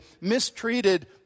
mistreated